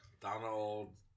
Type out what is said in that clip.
Donald